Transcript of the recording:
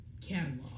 catalog